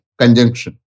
Conjunction